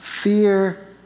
Fear